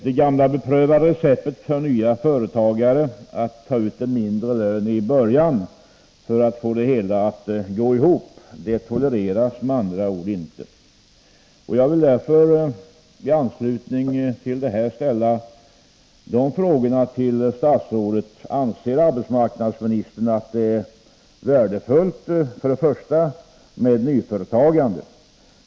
Det gamla beprövade sättet för nya företagare att få det hela att gå ihop genom att ta ut en mindre lön i början tolereras med andra ord inte. Jag vill därför i anslutning till det här fråga statsrådet för det första: Anser arbetsmarknadsministern att det är värdefullt med nyföretagande?